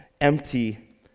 empty